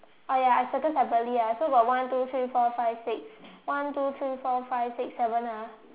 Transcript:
oh ya I circle separately ah so got one two three four five six one two three four five six seven ah